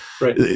Right